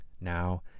now